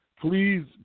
please